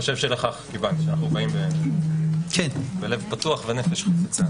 לכך כיוונו, אנו באים בלב פתוח ובנפש חפצה.